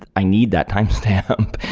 i need that timestamp.